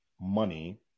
money